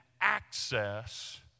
access